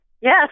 yes